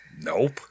Nope